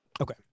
Okay